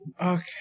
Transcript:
Okay